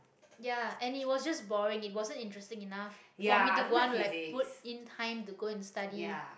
ya and it was just boring it wasn't interesting enough for me to g~ want to like put in time to go and study